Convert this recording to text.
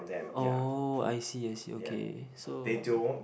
oh I see I see okay so